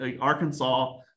Arkansas